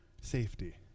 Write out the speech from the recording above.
safety